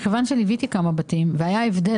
מכיוון שליוויתי כמה בתים והיה הבדל